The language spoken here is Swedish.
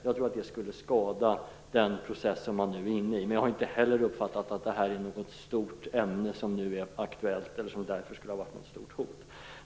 Jag tror att det skulle skada den process som man nu är inne i. Men jag har inte heller uppfattat att det är något stort ämne som nu är aktuellt eller som därför skulle ha varit något stort hot.